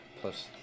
plus